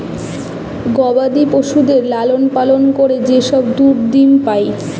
গবাদি পশুদের লালন পালন করে যে সব দুধ ডিম্ পাই